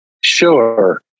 sure